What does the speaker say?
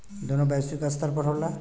दोनों वैश्विक स्तर पर होला